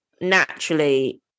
naturally